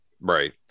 right